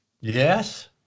Yes